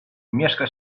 mieszka